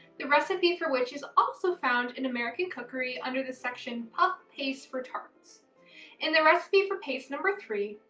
the recipe for which is also found in american cookery under the section puff pastes for tarts in the recipe for paste number three,